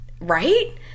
right